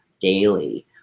daily